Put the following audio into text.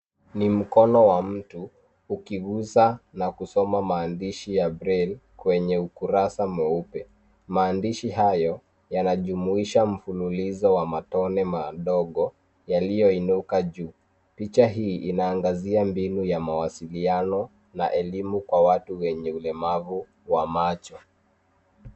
Ni mkono wa mtu. Ukigusa na kusoma maandishi ya Braille kwenye ukurasa mweupe. Maandishi hayo yanajumuisha mfululizo wa matone madogo yaliyoinuka juu. Picha hii inaangazia mbinu ya mawasiliano na elimu kwa watu wenye ulemavuu wa macho.